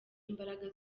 imbaraga